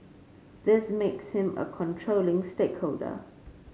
this makes him a controlling stakeholder